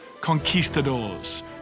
conquistadors